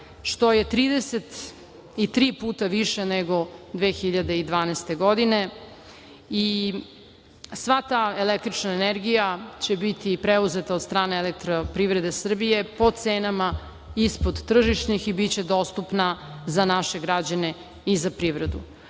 što je 33 puta više nego 2012. godine. Sva ta električna energija će biti preuzeta od strane Elektroprivrede Srbije, po cenama ispod tržišnih i biće dostupna za naše građane i za privredu. Pored